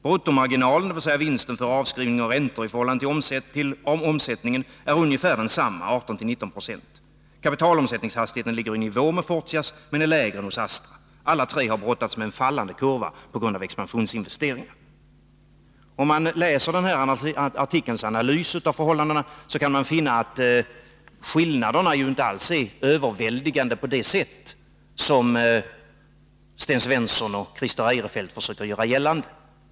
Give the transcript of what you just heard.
Bruttomarginalen, dvs vinsten före avskrivningar och räntor i förhållande till omsättningen, är ungefär den samma . Kapitalomsättningshastigheten ligger i nivå med Fortias, men lägre än hos Astra. Alla tre har brottats med en fallande kurva pga expansionsinvesteringar.” Om man läser artikelns analys av förhållandena, kan man finna att skillnaderna inte alls är överväldigande på det sätt som Sten Svensson och Christer Eirefelt försöker göra gällande.